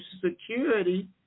Security